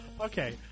Okay